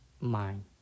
mind